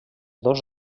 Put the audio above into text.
dos